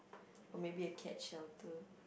or maybe a cat shelter